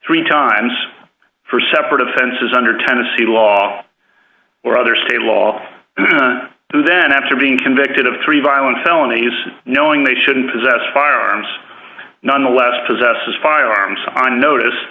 three times for separate offenses under tennessee law or other state law to then after being convicted of three violent felonies knowing they shouldn't possess firearms nonetheless possess firearms on notice